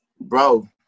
Bro